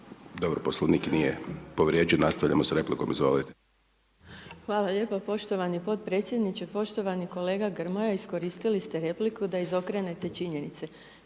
Dobro, Poslovnik nije povrijeđen, nastavljamo s replikom. **Petrijevčanin Vuksanović, Irena (HDZ)** Hvala lijepo poštovani podpredsjedniče, poštovani kolega Grmoja iskoristili ste repliku da izokrenete činjenice.